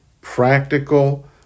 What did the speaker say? practical